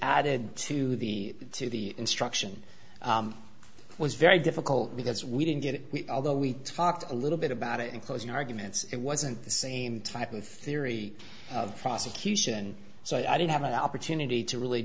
added to the to the instruction was very difficult because we didn't get it although we talked a little bit about it in closing arguments it wasn't the same type of theory of prosecution so i didn't have an opportunity to really